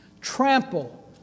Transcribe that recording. trample